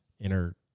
inner